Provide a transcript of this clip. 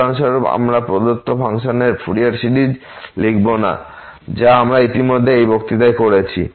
উদাহরণস্বরূপ আমরা প্রদত্ত ফাংশনের ফুরিয়ার সিরিজ লিখব না যা আমরা ইতিমধ্যে এই বক্তৃতায় করেছি